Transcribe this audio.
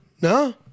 no